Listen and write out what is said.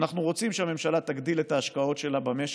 אנחנו רוצים שהממשלה תגדיל את ההשקעות שלה במשק,